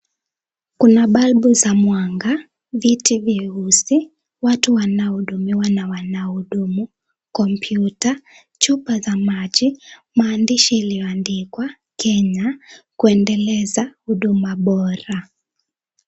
Kuna balbu za mwanga, viti vyeusi, watu wanahudumiwa na wanahudumu, kompyuta, chupa za maji, maandishi iliyoandikwa KENYA kuendeleza huduma bora.